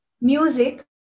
music